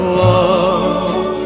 love